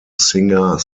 singer